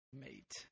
mate